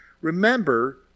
Remember